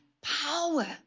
power